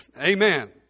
Amen